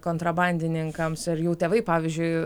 kontrabandininkams ar jų tėvai pavyzdžiui